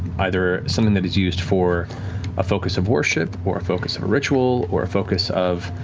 either something that is used for a focus of worship or a focus of ritual, or a focus of